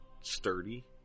sturdy